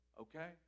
okay